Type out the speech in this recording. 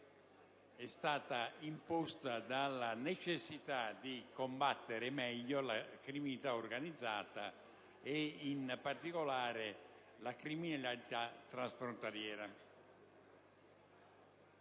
è stata imposta dalla necessità di combattere meglio la criminalità organizzata e, in particolare, la criminalità transfrontaliera.